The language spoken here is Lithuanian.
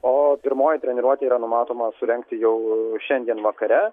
o pirmoji treniruotė yra numatoma surengti jau šiandien vakare